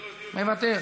מוותר,